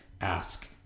ask